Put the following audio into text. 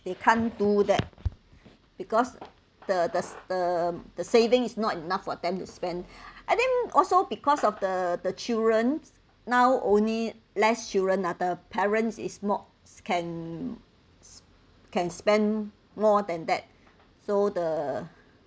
they can't do that because the the the the saving is not enough for them to spend I think also because of the the children now only less children ah the parents is more can can spend more than that so the